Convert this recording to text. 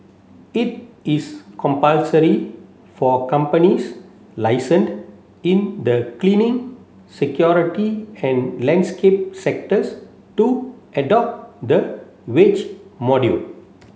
it is compulsory for companies licensed in the cleaning security and landscape sectors to adopt the wage module